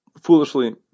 foolishly